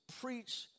preach